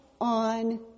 on